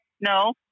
no